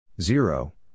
Zero